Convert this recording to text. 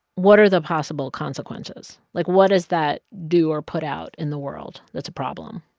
what are the possible consequences? like, what does that do or put out in the world that's a problem?